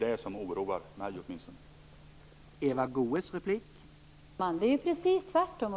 Det oroar åtminstone mig.